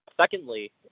Secondly